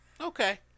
Okay